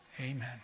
Amen